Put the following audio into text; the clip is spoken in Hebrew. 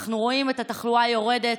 אנחנו רואים את התחלואה יורדת,